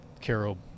carol